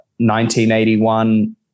1981